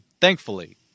thankfully